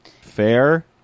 fair